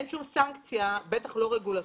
שום סנקציה, בטח לא רגולטורית.